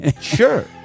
Sure